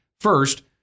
First